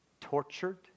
tortured